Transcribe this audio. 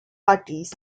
parties